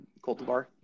cultivar